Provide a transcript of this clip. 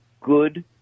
good